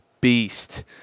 beast